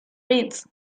reads